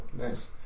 nice